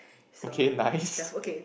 okay nice